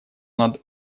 над